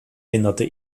hinderte